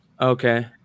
Okay